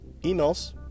emails